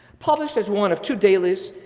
published as one of two dailies,